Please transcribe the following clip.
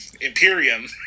Imperium